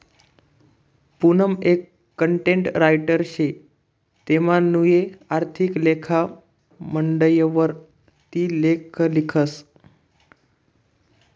पूनम एक content writer शे तेनामुये आर्थिक लेखा मंडयवर ती लेख लिखस